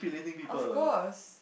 of course